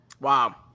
Wow